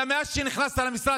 מאז שנכנסת למשרד,